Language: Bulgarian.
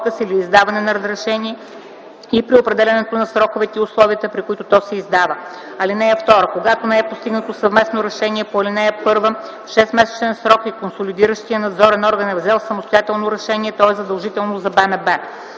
(2) Когато не е постигнато съвместно решение по ал. 1 в 6-месечен срок и консолидиращият надзорен орган е взел самостоятелно решение, то е задължително за БНБ.